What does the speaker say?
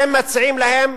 אתם מציעים להם